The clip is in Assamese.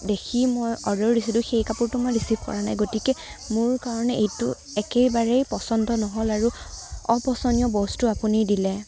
দেখি মই অৰ্ডাৰ দিছিলো সেই কাপোৰটো মই ৰিচিভ কৰা নাই গতিকে মোৰ কাৰণে এইটো একেবাৰেই পছন্দ নহ'ল আৰু অপছনীয় বস্তু আপুনি দিলে